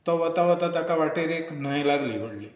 तो वता वता ताका वाटेर एक न्हंय लागली व्हडली